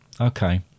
Okay